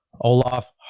Olaf